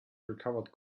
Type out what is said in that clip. recovered